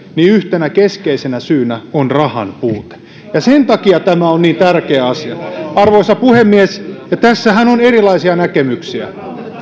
yhtenä keskeisenä syynä on rahan puute sen takia tämä on niin tärkeä asia arvoisa puhemies tässähän on erilaisia näkemyksiä